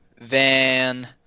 Van